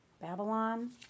Babylon